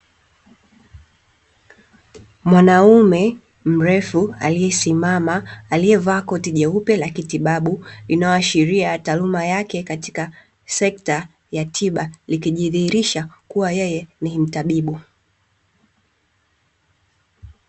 Mwanaume mrefu aliyesimama huku amevaa koti jeupe la kitabibu, anayoashiria taaluma yake katika sekta ya tiba akijidhihirisha kuwa yeye ni mtabibu.